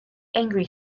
angry